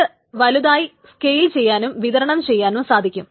ഇത് വലുതായി സ്കെയിൽ ചെയ്യാനും വിതരണം ചെയ്യാനും സാധിക്കും